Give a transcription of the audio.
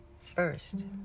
first